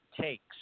takes